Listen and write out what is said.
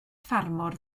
ffarmwr